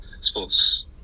sport's